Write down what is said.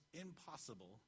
impossible